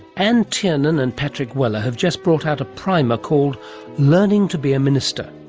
and tiernan and patrick weller have just brought out a primer called learning to be a minister.